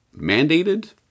mandated